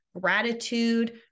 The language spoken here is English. gratitude